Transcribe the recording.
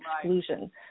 exclusion